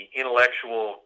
intellectual